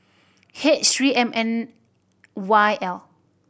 H Three M N Y L